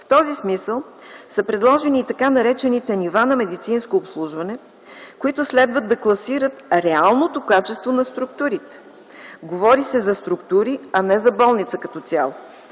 В този смисъл са предложени и така наречените нива на медицинско обслужване, които следва да класират реалното качество на структурите. Говори се за структури, а не за болница като цяло,